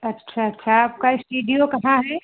अच्छा अच्छा आपका इस्टीडियो कहाँ है